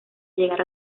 llegar